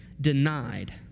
denied